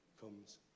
comes